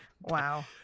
Wow